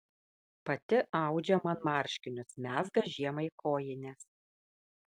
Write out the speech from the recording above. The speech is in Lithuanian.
pati audžia man marškinius mezga žiemai kojines